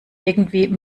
irgendwie